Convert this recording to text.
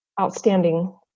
outstanding